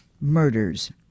murders